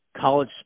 college